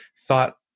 thought